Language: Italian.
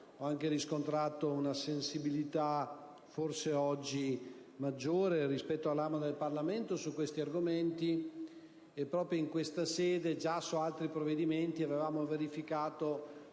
ho anche riscontrato una sensibilità forse oggi maggiore rispetto all'altro ramo del Parlamento su questi argomenti. E proprio in questa sede, già su altri provvedimenti, avevamo verificato